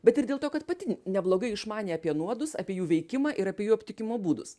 bet ir dėl to kad pati neblogai išmanė apie nuodus apie jų veikimą ir apie jų aptikimo būdus